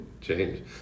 change